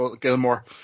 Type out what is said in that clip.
Gilmore